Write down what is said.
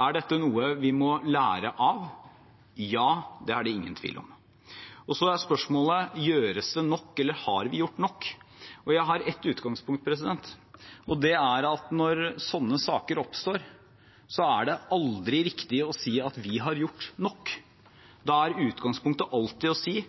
Er dette noe vi må lære av? Ja, det er det ingen tvil om. Og så er spørsmålet: Gjøres det nok, eller har vi gjort nok? Jeg har ett utgangspunkt, og det er at når sånne saker oppstår, er det aldri riktig å si at vi har gjort nok. Da er utgangspunktet alltid å si: